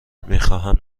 میخواهم